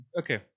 okay